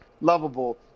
lovable